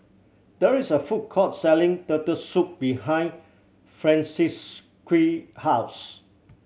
there is a food court selling Turtle Soup behind Francisqui house